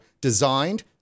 designed